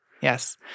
Yes